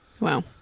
Wow